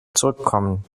zurückkommen